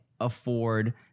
afford